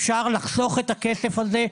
אפשר לחסוך את הכסף הזה.